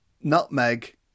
nutmeg